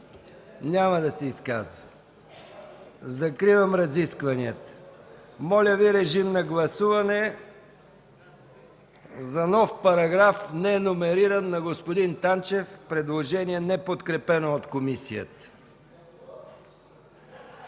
Няма да се изказва. Закривам разискванията. Моля Ви, режим на гласуване за нов параграф, неномериран, на господин Танчев, предложение – неподкрепено от комисията.